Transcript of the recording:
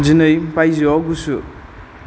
दिनै बायजोआव गुसु